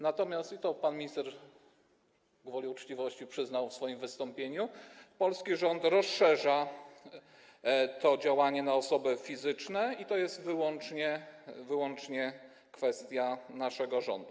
Natomiast, i to pan minister, gwoli uczciwości, przyznał w swoim wystąpieniu, polski rząd rozszerza to działanie na osoby fizyczne, i to jest wyłącznie kwestia naszego rządu.